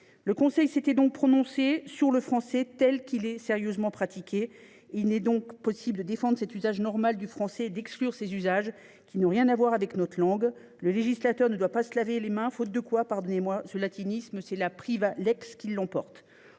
s’était donc prononcé sur le français, tel qu’il est sérieusement pratiqué. Il est donc possible de défendre cet usage normal du français et d’exclure ces pratiques qui n’ont rien à voir avec notre langue. Le législateur ne doit pas se laver les mains, au risque de voir la – pardonnez moi ce latinisme – l’emporter.